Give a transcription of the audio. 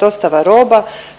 dostava,